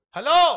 Hello